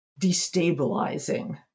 destabilizing